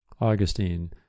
Augustine